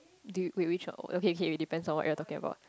do you wait which one okay kay it depends on what we're talking about